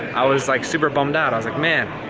i was like super bummed out. i was like, man,